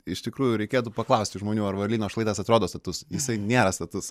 iš tikrųjų reikėtų paklausti žmonių ar varlyno šlaitas atrodo status jisai nėra status